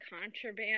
contraband